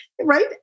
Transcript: right